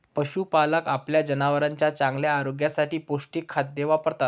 पशुपालक आपल्या जनावरांच्या चांगल्या आरोग्यासाठी पौष्टिक खाद्य वापरतात